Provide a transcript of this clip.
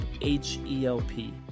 H-E-L-P